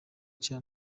cha